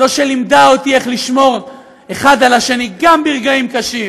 זו שלימדה אותי איך לשמור אחד על השני גם ברגעים קשים.